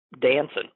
dancing